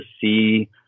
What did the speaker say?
see